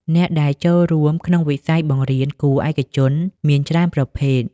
អ្នកដែលចូលរួមក្នុងវិស័យបង្រៀនគួរឯកជនមានច្រើនប្រភេទ។